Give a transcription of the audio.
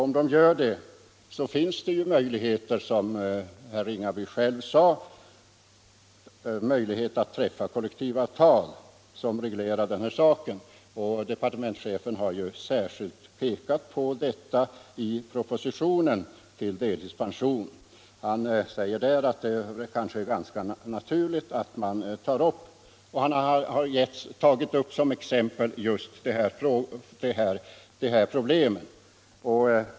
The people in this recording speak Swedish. Om de gör det, så finns det, som herr Ringaby själv sade, möjligheter att träffa kollektivavtal som reglerar denna sak. Departementschefen har också pekat på detta i propositionen om rörlig pensionsålder. Han säger att det är ganska naturligt att man tar upp denna fråga och tar också dessa problem som exempel.